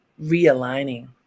realigning